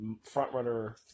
front-runner